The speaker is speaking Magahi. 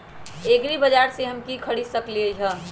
एग्रीबाजार से हम की की खरीद सकलियै ह?